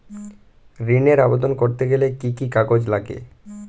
ঋণের আবেদন করতে গেলে কি কি কাগজ লাগে?